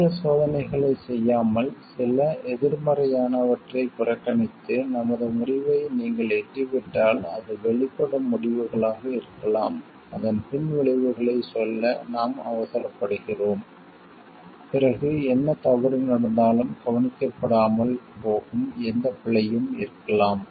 அதிகச் சோதனைகளைச் செய்யாமல் சில எதிர்மறையானவற்றைப் புறக்கணித்து நமது முடிவை நீங்கள் எட்டிவிட்டால் அது வெளிப்படும் முடிவுகளாக இருக்கலாம் அதன் பின்விளைவுகளைச் சொல்ல நாம் அவசரப்படுகிறோம் பிறகு என்ன தவறு நடந்தாலும் கவனிக்கப்படாமல் போகும் எந்தப் பிழையும் இருக்கலாம்